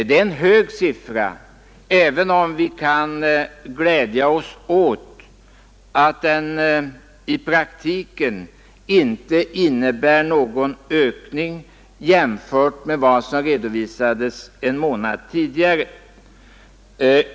Det är en hög arbetslöshetssiffra, även om vi kan glädja oss åt att den i praktiken inte innebär någon ökning jämfört med vad som redovisades en månad tidigare.